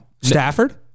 Stafford